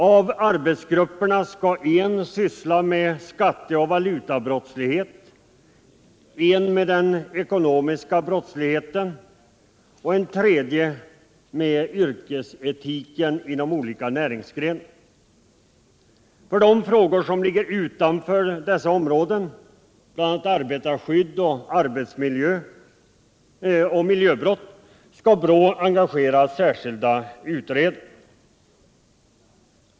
Av arbetsgrupperna skall en syssla med skatteoch valutabrottslighet, en med den ekonomiska brottsligheten och en tredje med yrkesetiken inom olika näringsgrenar. För de frågor som ligger utanför dessa områden, bl.a. arbetarskydd och miljöbrott, skall BRÅ engagera särskilda utredare.